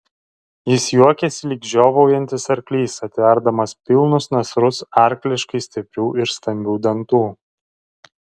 jis juokėsi lyg žiovaujantis arklys atverdamas pilnus nasrus arkliškai stiprių ir stambių dantų